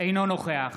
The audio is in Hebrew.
אינו נוכח